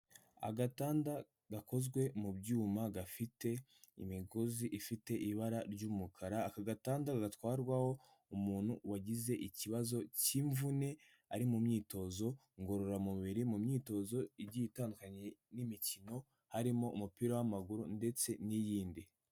Agatanda gakozwe mu byuma, gafite imigozi ifite ibara ry'umukara, aka gatanda gatwarwaho umuntu wagize ikibazo cy'imvune ari mu myitozo ngororamubiri, mu myitozo igiye itandukanye n'imikino, harimo umupira w'amaguru ndetse n'iyindi.